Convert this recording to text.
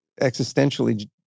existentially